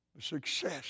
Success